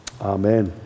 Amen